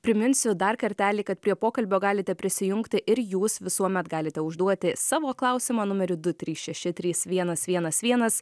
priminsiu dar kartelį kad prie pokalbio galite prisijungti ir jūs visuomet galite užduoti savo klausimą numeriu du trys šeši trys vienas vienas vienas